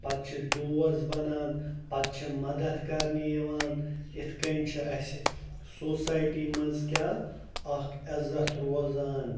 پَتہٕ چھِ دوس بَنان پَتہٕ چھِ مَدَد کَرنہِ یِوان یِتھ کٔنۍ چھُ اَسہِ سوسایٹی منٛز کیٛاہ اَکھ عزت روزان